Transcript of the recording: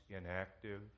inactive